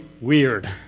weird